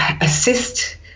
assist